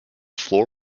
floor